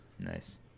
Nice